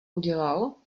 udělal